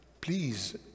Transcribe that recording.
please